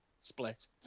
split